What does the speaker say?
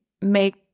make